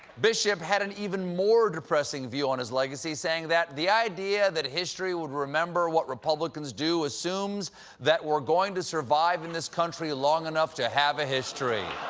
bishop had an even more depressing view on his legacy, saying that the idea that history would remember what republicans do assumes that we're going to survive in this country long enough to have a history.